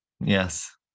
Yes